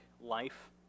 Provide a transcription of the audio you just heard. life